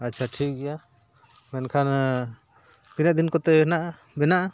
ᱟᱪᱪᱷᱟ ᱴᱷᱤᱠ ᱜᱮᱭᱟ ᱢᱮᱱᱠᱷᱟᱱ ᱛᱤᱱᱟᱹᱜ ᱫᱤᱱ ᱠᱚᱛᱮ ᱦᱮᱱᱟᱜᱼᱟ ᱵᱮᱱᱟᱜᱼᱟ